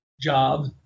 job